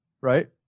right